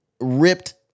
ripped